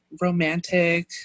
romantic